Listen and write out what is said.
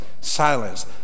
silence